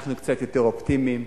אנחנו קצת יותר אופטימיים.